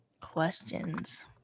questions